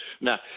now